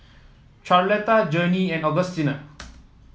Charlotta Journey and Augustina